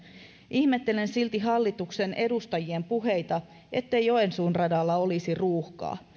ihmettelen silti hallituksen edustajien puheita ettei joensuun radalla olisi ruuhkaa